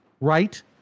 Right